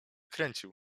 kręcił